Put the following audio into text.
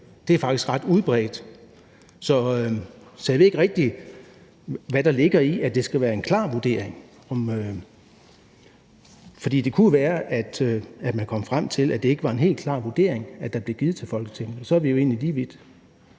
det er faktisk ret udbredt. Så jeg ved ikke rigtig, hvad der ligger i, at det skal være en klar vurdering. For det kunne jo være, at man kom frem til, at det ikke var en helt klar vurdering, der blev givet til Folketinget, og så er vi jo egentlig lige vidt.